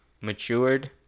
matured